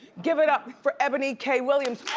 give it up for eboni k williams,